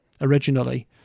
originally